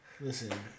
Listen